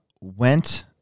Went